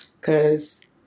cause